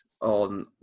on